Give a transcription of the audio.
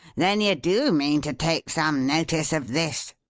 then you do mean to take some notice of this?